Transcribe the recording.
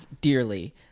dearly